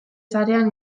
sarean